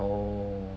oh